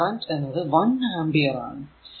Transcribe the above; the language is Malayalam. ഇവിടെ കറന്റ് എന്നത് 1 ആംപിയർ ആണ്